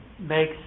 makes